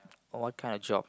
oh what kind of job